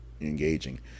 engaging